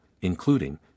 including